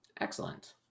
Excellent